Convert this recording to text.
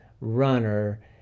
runner